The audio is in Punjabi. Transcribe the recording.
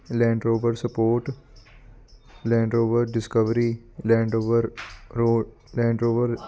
land Rover sport Land Rover Discovery Land Rover ਰੋ ਲੈਂਡ ਰੋਵਰ